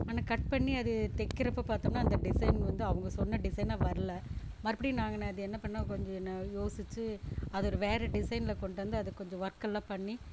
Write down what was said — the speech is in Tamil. ஆனால் கட் பண்ணி அது தைக்கிறப்போ பார்த்தோம்னா அந்த டிசைன் வந்து அவங்க சொன்ன டிசைனாக வரல மறுபடி நாங்க அது என்ன பண்ணோம் கொஞ்சம் என்ன யோசித்து அது ஒரு வேறு டிசைனில் கொண்டாந்து அதுக்கு கொஞ்சம் ஒர்க்கெல்லாம் பண்ணி